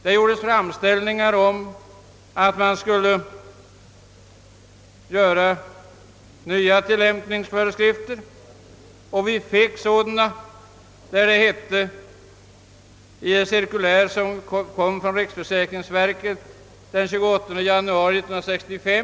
Det gjordes då framställningar om att man skulle utfärda nya tillämpningsföreskrifter. Sådana meddelades också i ett cirkulär från riksförsäkringsverket den 28 januari 1965.